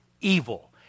evil